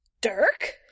Dirk